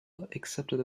accepted